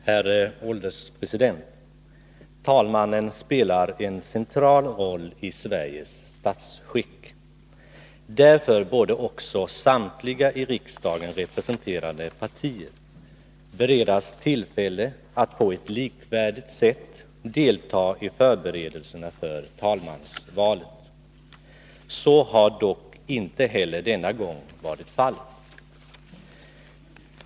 Herr ålderspresident! Talmannen spelar en central roll i Sveriges statsskick. Därför borde också samtliga i riksdagen representerade partier beredas tillfälle att på ett likvärdigt sätt delta i förberedelserna för talmansvalet. Så har dock inte heller denna gång varit fallet.